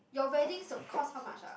your weddings cost how much ah